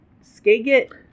Skagit